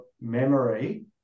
memory